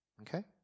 Okay